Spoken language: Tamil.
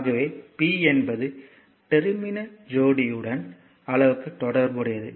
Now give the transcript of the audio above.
ஆகவே P என்பது டெர்மினல் ஜோடியுடன் அளவுக்கு தொடர்புடையது